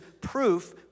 proof